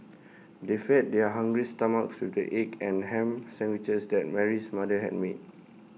they fed their hungry stomachs with the egg and Ham Sandwiches that Mary's mother had made